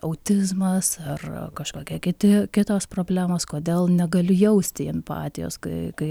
autizmas ar kažkokie kiti kitos problemos kodėl negali jausti empatijos kai kai